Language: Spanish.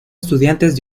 estudiantes